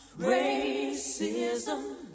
racism